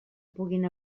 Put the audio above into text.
puguin